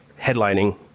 headlining